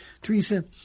Teresa